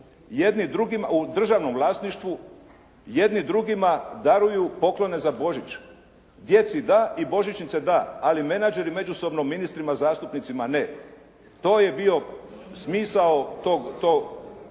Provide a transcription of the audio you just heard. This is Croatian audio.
u državnom vlasništvu jedni drugima daruju poklone za Božić. Djeci da i božićnice da, ali menadžeri međusobno ministrima, zastupnicima ne. To je bio smisao te